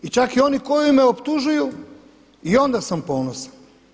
I čak i oni koji me optužuju i onda sam ponosan.